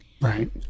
Right